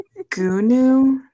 Gunu